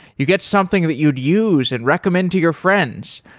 you get something that you'd use and recommend to your friends.